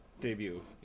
debut